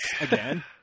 again